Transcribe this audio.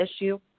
issue